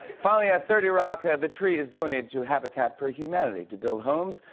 finally at thirty rock, the tree is donated to habitat for humanity to build homes.